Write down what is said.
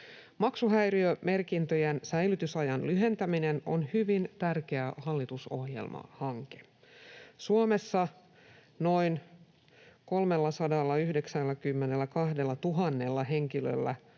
Maksuhäiriömerkintöjen säilytysajan lyhentäminen on hyvin tärkeä hallitusohjelmahanke. Suomessa noin 392 000 henkilöllä